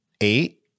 eight